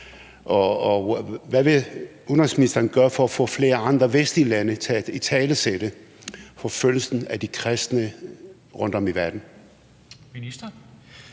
Hvad vil udenrigsministeren gøre for at få flere andre vestlige lande til at italesætte forfølgelsen af de kristne rundtom i verden?